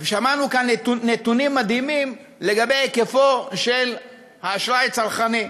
שמענו כאן נתונים מדהימים לגבי היקפו של האשראי הצרכני.